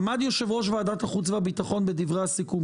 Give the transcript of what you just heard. עמד יושב ראש ועדת החוץ והביטחון בדברי הסיכום